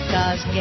Cause